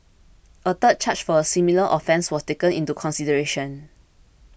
a third charge for a similar offence was taken into consideration